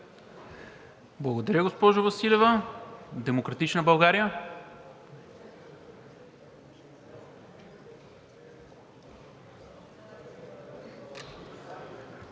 Благодаря, госпожо Василева. От „Демократична България“.